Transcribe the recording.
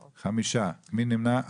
5. מי נמנע?